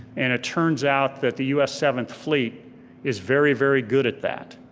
and it turns out that the us seventh fleet is very, very good at that,